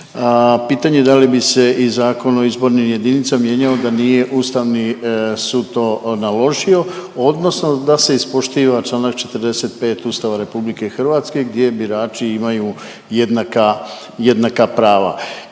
Pitanje da li bi se i Zakon o izbornim jedinicama mijenjao da nije Ustavni sud to naložio odnosno da se ispoštiva Članak 45. Ustava RH gdje birači imaju jednaka,